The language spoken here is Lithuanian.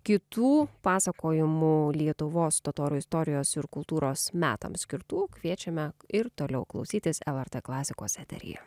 kitų pasakojimų lietuvos totorių istorijos ir kultūros metams skirtų kviečiame ir toliau klausytis lrt klasikos eteryje